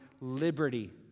liberty